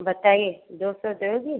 बताइए दो सौ दोगी